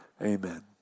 amen